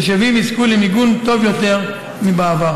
תושבים יזכו למיגון טוב יותר מבעבר.